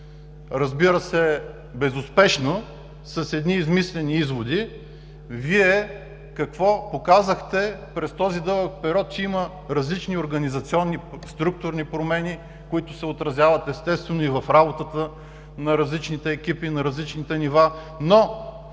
разбира се, безуспешно, с измислени изводи, какво показахте? Че през този дълъг период има различни организационни, структурни промени, които се отразяват, естествено, и в работата на различните екипи, на различните нива. Но